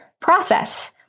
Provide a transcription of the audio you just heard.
process